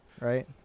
right